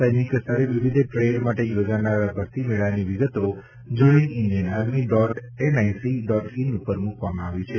સૈનિક સ્તરે વિવિધ ટ્રેડ માટે યોજાનાર આ ભરતી મેળાની વિગતો join Indian army dot NIC dot in ઉપર મૂકવામાં આવી છે